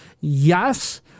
Yes